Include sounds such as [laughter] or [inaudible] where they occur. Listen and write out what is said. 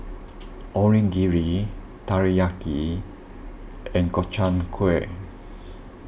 Onigiri Teriyaki and Gobchang [noise] Gui